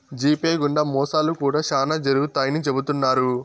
GPay గుండా మోసాలు కూడా శ్యానా జరుగుతాయని చెబుతున్నారు